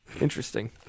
interesting